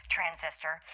Transistor